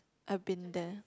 I've been there